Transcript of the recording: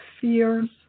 fears